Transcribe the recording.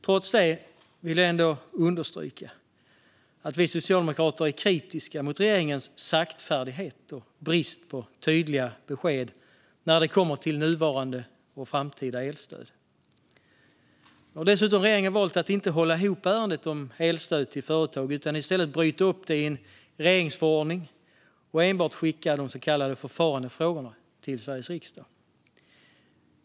Trots det vill jag understryka att vi socialdemokrater är kritiska mot regeringens saktfärdighet och brist på tydliga besked när det kommer till nuvarande och framtida elstöd. Nu har regeringen dessutom valt att inte hålla ihop ärendet om elstöd till företag. Man har i stället valt att bryta upp det i en regeringsförordning och enbart skicka de så kallade förfarandefrågorna till Sveriges riksdag.